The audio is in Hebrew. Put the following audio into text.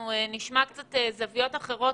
אנחנו נשמע זוויות אחרות,